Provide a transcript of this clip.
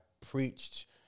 preached